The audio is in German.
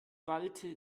ballte